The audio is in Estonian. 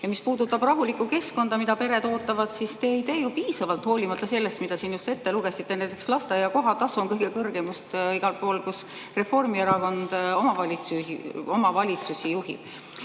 Ja mis puudutab rahulikku keskkonda, mida pered ootavad, siis te ei tee ju piisavalt, hoolimata sellest, mida siin just ette lugesite. Näiteks lasteaia kohatasu on kõige kõrgem just igal pool, kus Reformierakond omavalitsusi juhib. Aga